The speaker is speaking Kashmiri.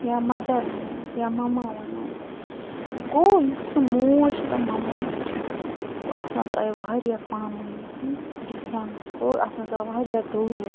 یا مَدَر وَنہوس یا مما وَنہوس گوٚو یُس سُہ موج تہٕ مما چھُ گوٚو اتھ منٛز آیہِ واریاہ پانہٕ وٲنۍ ڈِفریٚنٕس گوٚو اتھ منٛز آو واریاہ دوٗریٚر